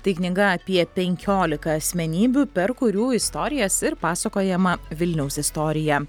tai knyga apie penkiolika asmenybių per kurių istorijas ir pasakojama vilniaus istorija